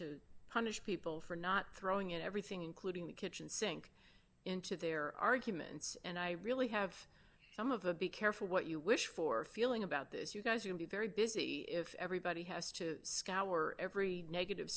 to punish people for not throwing everything including the kitchen sink into their arguments and i really have some of the be careful what you wish for feeling about this you guys would be very busy if everybody has to scour every negative